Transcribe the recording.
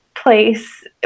place